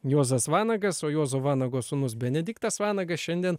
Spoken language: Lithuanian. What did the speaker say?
juozas vanagas o juozo vanago sūnus benediktas vanagas šiandien